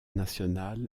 nationale